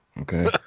Okay